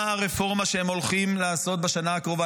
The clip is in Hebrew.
מה הרפורמה שהם הולכים לעשות בשנה הקרובה.